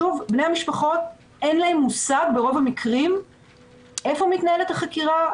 לבני המשפחה אין מושג ברוב המקרים איפה מתנהלת החקירה,